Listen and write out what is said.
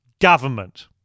government